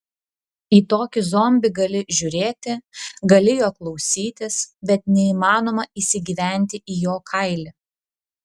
į tokį zombį gali žiūrėti gali jo klausytis bet neįmanoma įsigyventi į jo kailį